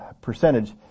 percentage